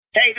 Hey